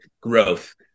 growth